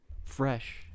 Fresh